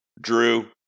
Drew